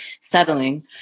settling